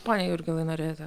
pone jurgilai norėjote